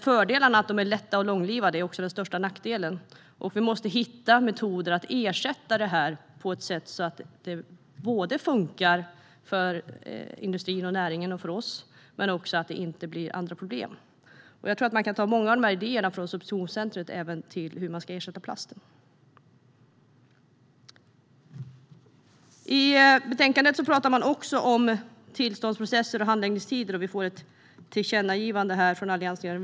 Fördelarna - att de är lätta och långlivade - är också de största nackdelarna. Vi måste hitta metoder att ersätta plast på ett sätt som gör att det funkar för industrin, näringen och oss och att det inte blir andra problem. Jag tror att många av idéerna från substitutionscentrumet kan gälla även hur man ska ersätta plast. I betänkandet talas även om tillståndsprocesser och handläggningstider, och vi får ett tillkännagivande från allianspartierna.